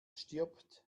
stirbt